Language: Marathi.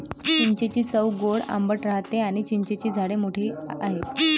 चिंचेची चव गोड आंबट राहते आणी चिंचेची झाडे मोठी आहेत